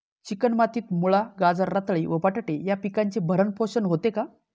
Chicken मातीत मुळा, गाजर, रताळी व बटाटे या पिकांचे भरण पोषण होते का?